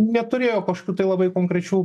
neturėjo kažkokių tai labai konkrečių